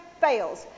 fails